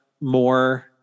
more